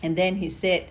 and then he said